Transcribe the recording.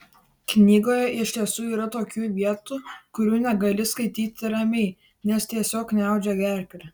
knygoje iš tiesų yra tokių vietų kurių negali skaityti ramiai nes tiesiog gniaužia gerklę